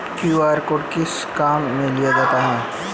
QR code किस किस काम में लिया जाता है?